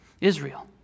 Israel